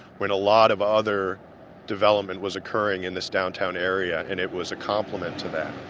when a lot of other development was occurring in this downtown area, and it was a compliment to that.